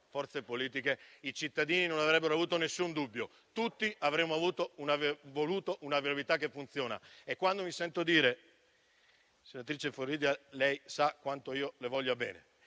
forze politiche, i cittadini non avrebbero avuto alcun dubbio: tutti avrebbero voluto una viabilità che funziona. Quando mi sento dire - senatrice Aurora Floridia, lei sa quanto io le voglia bene